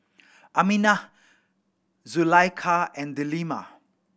Aminah Zulaikha and Delima